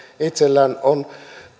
itsellään on